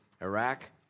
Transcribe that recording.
Iraq